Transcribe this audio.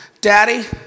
daddy